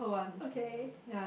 okay